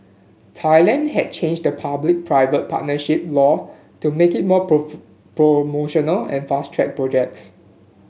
Thailand has changed the public private partnership law to make it more promotional and fast track project